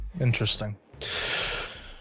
Interesting